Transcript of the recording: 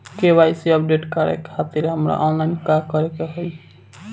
KYC update करे खातिर हमरा ऑनलाइन का करे के होई?